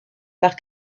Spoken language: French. par